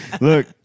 Look